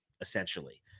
essentially